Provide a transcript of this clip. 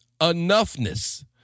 Enoughness